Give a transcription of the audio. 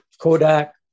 Kodak